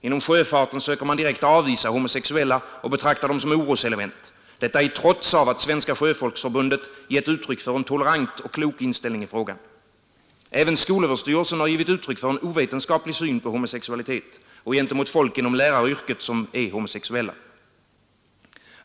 Inom sjöfarten söker man direkt avvisa homosexuella och betraktar dem som oroselement, detta i trots av att Svenska sjöfolksförbundet gett uttryck för en tolerant och klok inställning i frågan. Även skolöverstyrelsen har givit uttryck för en ovetenskaplig syn på homosexualitet och gentemot folk inom läraryrket som är homosexuella.